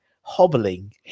hobbling